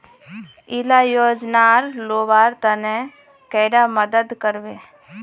इला योजनार लुबार तने कैडा मदद करबे?